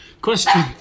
Question